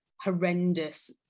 horrendous